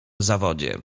zawodzie